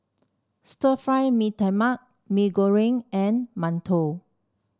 Stir Fry Mee Tai Mak Mee Goreng and Mantou